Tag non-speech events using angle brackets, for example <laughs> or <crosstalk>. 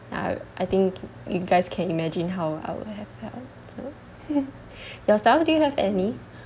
I I think you guys can imagine how I would have helped so <laughs> yourself do you have any